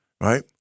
right